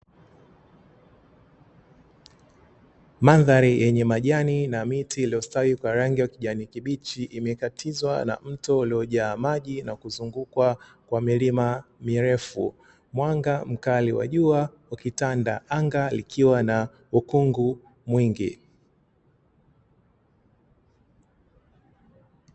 Mandhari yenye majani na miti iliyostawi kwa rangi ya kijani kibichi, imekatizwa na mto uliojaa maji na kuzungukwa kwa milima mirefu, mwanga mkali wa jua ukitanda anga likiwa na ukungu mwingi.